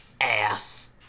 ass